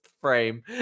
frame